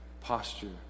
posture